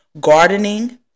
Gardening